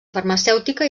farmacèutica